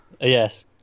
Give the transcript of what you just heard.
yes